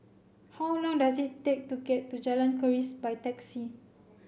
how long does it take to get to Jalan Keris by taxi